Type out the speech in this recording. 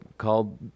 called